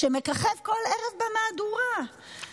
מככב כל ערב במהדורה,